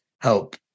help